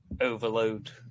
overload